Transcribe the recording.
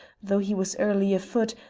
though he was early afoot,